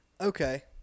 Okay